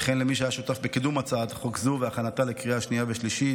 וכן למי שהיה שותף בקידום הצעת חוק זו והכנתה לקריאה שנייה ושלישית,